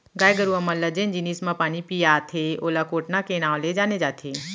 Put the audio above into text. गाय गरूवा मन ल जेन जिनिस म पानी पियाथें ओला कोटना के नांव ले जाने जाथे